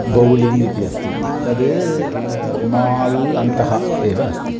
bowling इति अस्ति तद् माल् अन्तः एव अस्ति